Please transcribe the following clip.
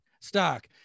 stock